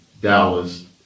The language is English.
Dallas